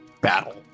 battle